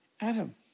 Adam